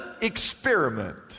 experiment